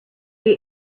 your